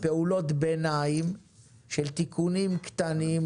של תיקונים קטנים,